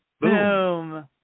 Boom